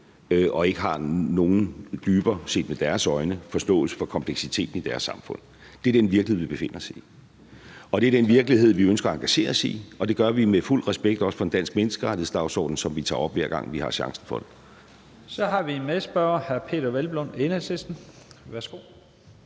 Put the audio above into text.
og ikke har nogen dybere – set med deres øjne – forståelse for kompleksiteten i deres samfund. Det er den virkelighed, vi befinder os i. Og det er den virkelighed, vi ønsker at engagere os i, og det gør vi med fuld respekt også for en dansk menneskerettighedsdagsorden, som vi tager op, hver gang vi har chancen for det. Kl. 13:21 Første næstformand (Leif Lahn